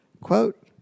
Quote